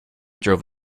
drove